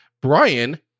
Brian